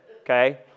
okay